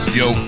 yo